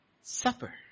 Supper